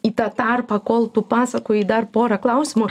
į tą tarpą kol tu pasakoji dar porą klausimų